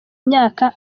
myaka